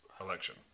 election